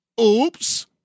Oops